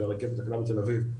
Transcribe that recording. של הרכבת הקלה בתל אביב,